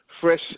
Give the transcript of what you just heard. Fresh